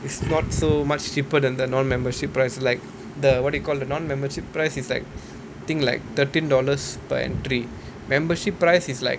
it's not so much cheaper than the non membership price like the what do you call a non membership price is like I think like thirteen dollars per entry membership price is like